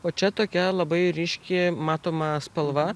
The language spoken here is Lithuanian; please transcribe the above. o čia tokia labai ryški matoma spalva